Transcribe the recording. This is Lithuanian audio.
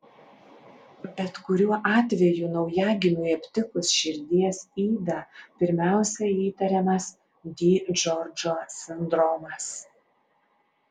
bet kuriuo atveju naujagimiui aptikus širdies ydą pirmiausia įtariamas di džordžo sindromas